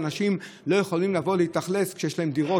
שאנשים לא יכולים לבוא להתאכלס כשיש להם דירות,